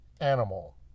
animal